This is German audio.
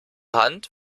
hand